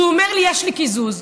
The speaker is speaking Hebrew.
הוא אומר לי: יש לי קיזוז.